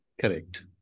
Correct